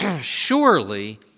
Surely